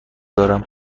دارم